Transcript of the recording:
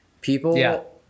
people